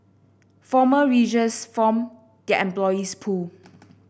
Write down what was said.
former riggers form their employees pool